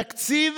תקציב